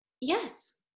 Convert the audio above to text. Yes